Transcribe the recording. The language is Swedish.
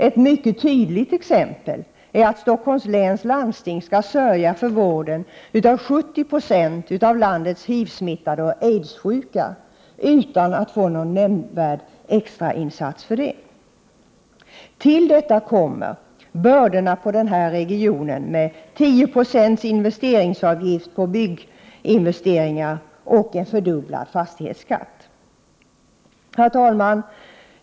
Ett mycket tydligt exempel är att Stockholms läns landsting skall sörja för vården av 70 90 av landets HIV-smittade och aidssjuka utan att få någon nämnvärd extrainsats för det. Till detta kommer bördorna på denna region med 10 96 investeringsavgift på bygginvesteringar och fördubblad fastighetsskatt. Herr talman!